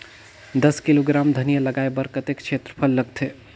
दस किलोग्राम धनिया लगाय बर कतेक क्षेत्रफल लगथे?